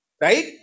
right